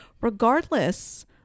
regardless